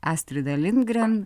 astrida lindgren